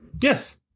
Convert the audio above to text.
Yes